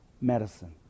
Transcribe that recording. medicine